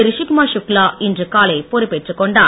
ரிஷிகுமார் சுக்லா இன்று காலை பொறுப்பேற்றுக் கொண்டார்